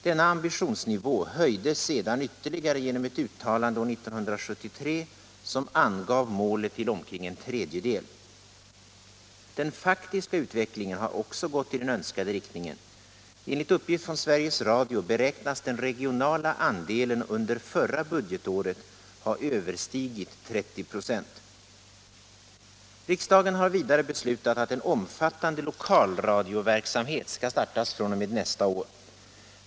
Denna ambitionsnivå höjdes sedan ytterligare genom ett uttalande år 1973, som angav målet till omkring en tredjedel. Den faktiska utvecklingen har också gått i den önskade riktningen. Enligt uppgift från Sveriges Radio beräknas den regionala andelen under förra budgetåret ha överstigit 30 96. Riksdagen har vidare beslutat att en omfattande lokalradioverksamhet skall startas fr.o.m. nästa år.